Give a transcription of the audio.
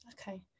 Okay